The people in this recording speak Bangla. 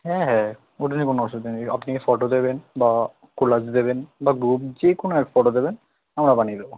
হ্যাঁ হ্যাঁ ওটা নিয়ে কোনো অসুবিধা নেই আপনি ফটো দেবেন বা কোলাজ দেবেন বা গ্রুপ যে কোনো এক ফটো দেবেন আমরা বানিয়ে দেবো